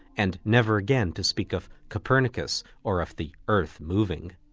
and never again to speak of copernicus or of the earth moving.